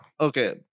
Okay